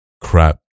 crap